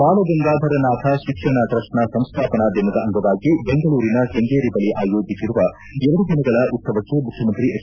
ಬಾಲಗಂಗಾಧರನಾಥ ಶಿಕ್ಷಣ ಟ್ರಸ್ಟ್ನ ಸಂಸ್ಥಾಪನಾ ದಿನದ ಅಂಗವಾಗಿ ಬೆಂಗಳೂರಿನ ಕೇಂಗೇರಿ ಬಳಿ ಆಯೋಜಿಸಿರುವ ಎರಡು ದಿನಗಳ ಉತ್ಸವಕ್ಕೆ ಮುಖ್ಯಮಂತ್ರಿ ಎಚ್